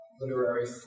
literary